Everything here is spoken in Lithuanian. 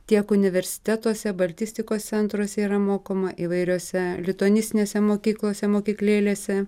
tiek universitetuose baltistikos centruose yra mokoma įvairiose lituanistinėse mokyklose mokyklėlėse